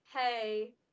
hey